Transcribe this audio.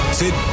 sit